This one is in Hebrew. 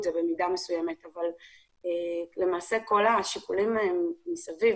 זה במידה מסוימת - אבל למעשה כל השיקולים מסביב,